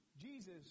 Jesus